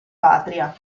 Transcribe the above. patria